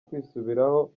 kwisubiraho